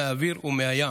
מהאוויר ומהים,